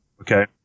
Okay